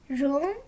room